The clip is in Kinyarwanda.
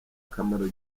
kamaro